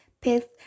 pith